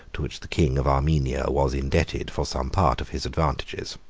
to which the king of armenia was indebted for some part of his advantages.